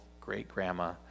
great-grandma